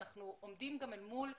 אני כל הזמן